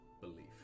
belief